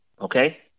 okay